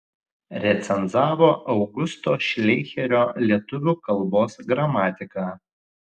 recenzavo augusto šleicherio lietuvių kalbos gramatiką